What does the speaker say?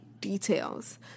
details